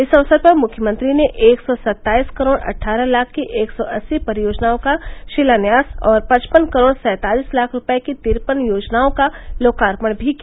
इस अक्सर पर मुख्यमंत्री ने एक सौ सत्ताईस करोड़ अट्ठारह लाख की एक सौ अस्सी परियोजनाओं का शिलान्यास और पचपन करोड़ सैंतालिस लाख रूपये की तिरपन योजनाओं का लोकार्पण भी किया